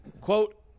quote